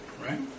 Right